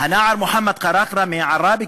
הנער מוחמד קראקרה מעראבה,